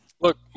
Look